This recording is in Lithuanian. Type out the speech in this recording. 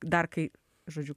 dar kai žodžiu